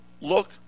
look